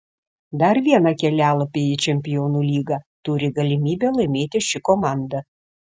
dar vieną kelialapį į čempionų lygą turi galimybę laimėti ši komanda